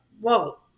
Whoa